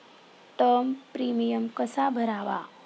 Term premium कसा भरावा?